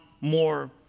more